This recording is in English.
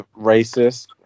racist